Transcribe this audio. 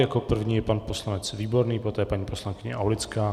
Jako první je pan poslanec Výborný, poté paní poslankyně Aulická.